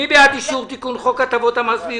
מי בעד אישור הצעת חוק לתיקון פקודת מס הכנסה